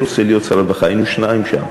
רוצה להיות שר הרווחה"; היינו שניים שם,